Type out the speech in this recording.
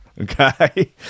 okay